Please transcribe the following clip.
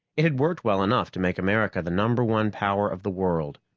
it had worked well enough to make america the number one power of the world.